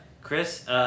Chris